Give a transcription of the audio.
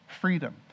freedom